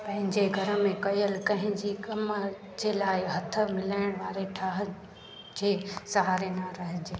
पंहिंजे घर में कयल कहिंजी कम जे लाइ हथ मिलाइण वारे ठाहु जे सहारे न रहिजे